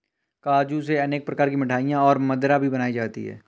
काजू से अनेक प्रकार की मिठाईयाँ और मदिरा भी बनाई जाती है